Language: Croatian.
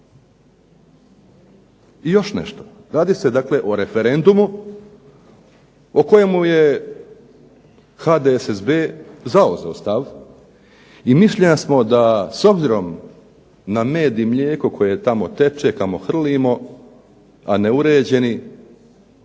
I još nešto. Radi se, dakle o referendumu o kojemu je HDSSB zauzeo stav i mišljenja smo da s obzirom na med i mlijeko koje tamo teče, kamo hrlimo, a neuređeni